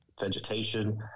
vegetation